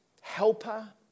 Helper